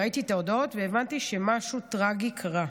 ראיתי את ההודעות והבנתי שמשהו טרגי קרה.